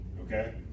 Okay